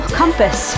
compass